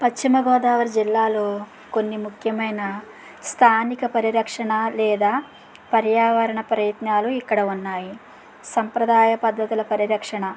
పశ్చిమ గోదావరి జిల్లాలో కొన్నిముఖ్యమైన స్థానిక పరిరక్షణ లేదా పర్యావరణ ప్రయత్నాలు ఇక్కడ ఉన్నాయి సంప్రదాయ పద్దతుల పరిరక్షణ